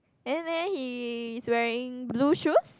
then then he's wearing blue shoes